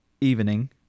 evening